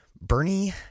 Bernie